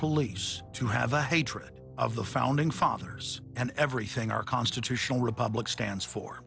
police to have a hatred of the founding fathers and everything our constitutional republic stands for